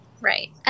Right